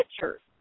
pictures